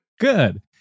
Good